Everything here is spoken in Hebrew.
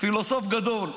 פילוסוף גדול,